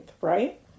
right